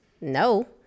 no